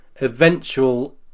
Eventual